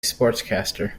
sportscaster